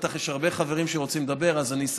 ובטח יש הרבה חברים שרוצים לדבר,